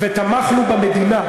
ותמכנו במדינה,